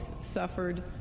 suffered